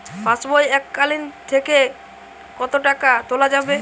পাশবই এককালীন থেকে কত টাকা তোলা যাবে?